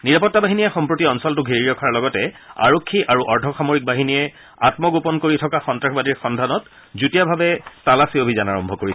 নিৰাপত্তা বাহিনীয়ে সম্প্ৰতি অঞ্চলটো ঘেৰি ৰখাৰ লগতে আৰক্ষী আৰু অৰ্ধ সামৰিক বাহিনীয়ে আম্মগোপন কৰি থকা সন্তাসবাদীৰ সন্ধানত যুটীয়াভাৱে তালাচী অভিযান আৰম্ভ কৰিছে